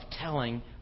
telling